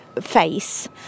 face